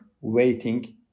waiting